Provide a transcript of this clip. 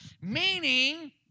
Meaning